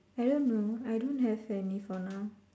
I don't know I don't have any for now